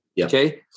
Okay